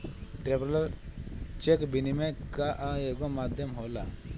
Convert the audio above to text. traveller cheque विनिमय कअ एगो माध्यम होला